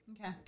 Okay